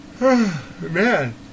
Man